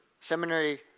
seminary